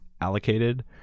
allocated